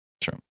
True